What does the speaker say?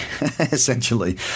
essentially